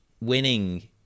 winning